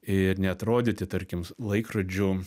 ir neatrodyti tarkim laikrodžiu